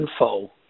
info